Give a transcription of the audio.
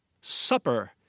Supper